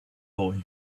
boy